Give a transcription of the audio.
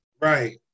Right